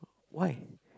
why